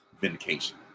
vindication